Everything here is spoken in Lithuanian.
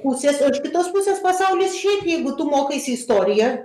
pusės o iš kitos pusės pasaulis šiaip jeigu tu mokaisi istoriją